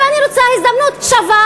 ואני רוצה הזדמנות שווה